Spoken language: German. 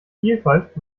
vielfalt